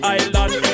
island